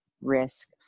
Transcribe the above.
risk